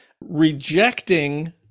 rejecting